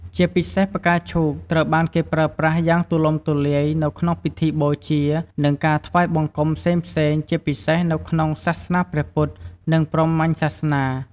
ជាពិសេស ផ្កាឈូក ត្រូវបានគេប្រើប្រាស់យ៉ាងទូលំទូលាយនៅក្នុងពិធីបូជា និងការថ្វាយបង្គំផ្សេងៗ ជាពិសេសនៅក្នុងសាសនាព្រះពុទ្ធ និងព្រហ្មញ្ញសាសនា។